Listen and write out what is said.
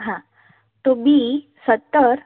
હા તો બી સત્તર